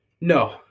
No